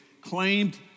claimed